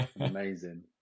Amazing